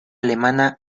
alemana